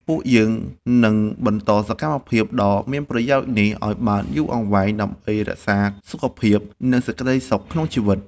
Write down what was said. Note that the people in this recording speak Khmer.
ពួកយើងនឹងបន្តសកម្មភាពដ៏មានប្រយោជន៍នេះឱ្យបានយូរអង្វែងដើម្បីរក្សាសុខភាព និងសេចក្តីសុខក្នុងជីវិត។